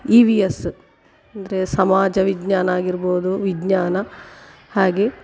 E V S ಅಂದರೆ ಸಮಾಜ ವಿಜ್ಞಾನ ಆಗಿರ್ಬೋದು ವಿಜ್ಞಾನ ಹಾಗೆ